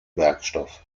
werkstoff